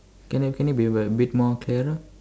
can you can you be a bit more clearer